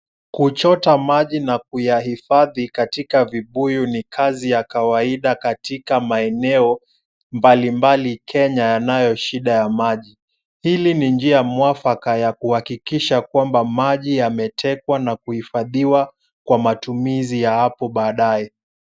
Kuchota maji na kuyahifadhi katika vibuyu ni kazi ya kawaida katika maeneo mbali mbali Kenya yanoshida ya maji. Hili ni njia mwafaka ya kuhakikisha kwamba maji yametekwa na kuhifadhiwa kwa matumizi ya hapo baadaye.